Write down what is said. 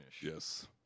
Yes